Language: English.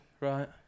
right